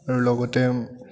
আৰু লগতে